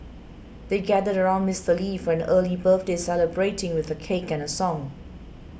they gathered around Mister Lee for an early birthday celebrating with a cake and a song